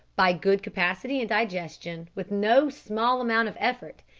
by good capacity and digestion, with no small amount of effort,